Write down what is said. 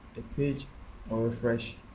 page will refresh,